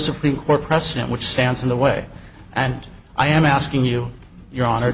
supreme court precedent which stands in the way and i am asking you your hon